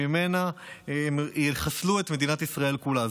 שממנה יחסלו את מדינת ישראל כולה.